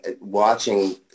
watching